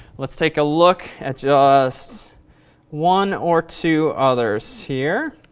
let's take a look at just one or two others here.